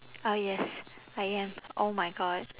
oh yes I am oh my god